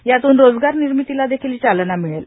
यातून रोजगारनिर्मितीला देखील चालना मिळेल